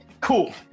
cool